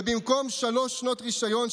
ובמקום שלוש שנות רישיון,